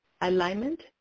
Alignment